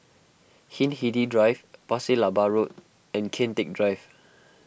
Hindhede Drive Pasir Laba Road and Kian Teck Drive